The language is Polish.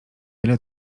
ile